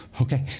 okay